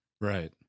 Right